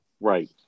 Right